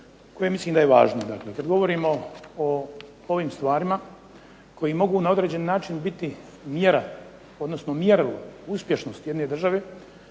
koje mislim da je važno. Dakle kad govorimo o ovim stvarima koji mogu na određeni način biti mjera, odnosno mjerilo uspješnosti jedne države,